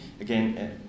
Again